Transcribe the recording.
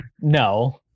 No